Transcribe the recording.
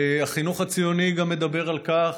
גם החינוך הציוני מדבר על כך,